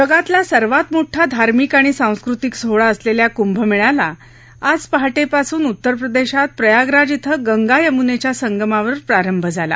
जगातला सर्वात मोठा धार्मिक आणि सांस्कृतिक सोहळा असलेल्या कूंभमेळ्याला आज पहाटेपासून उत्तरप्रदेशात प्रयागराज इथं गंगा यमुनेच्या संगमावर प्रारंभ झाला